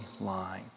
line